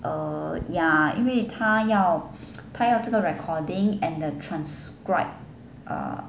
err ya 因为她要她要这个 recording and the transcribed ah